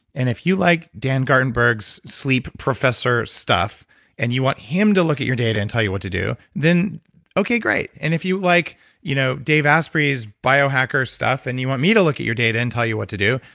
and if you like dan gartenberg's sleep professor stuff and you want him to look at your data and tell you what to do, then okay, great. and if you like you know dave asprey's biohacker stuff and you want me to look at your data and tell you what to do,